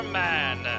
man